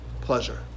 pleasure